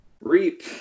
Reap